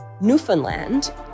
Newfoundland